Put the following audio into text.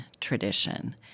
tradition